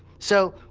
so,